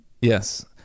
Yes